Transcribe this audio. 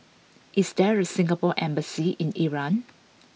is there a Singapore embassy in Iran